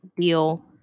deal